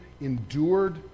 endured